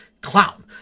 clown